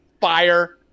fire